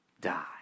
die